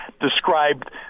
described